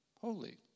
holy